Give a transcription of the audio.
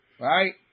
right